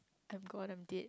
I'm gone I'm dead